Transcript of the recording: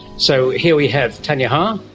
so here we have tanya ha,